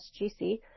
SGC